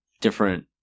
different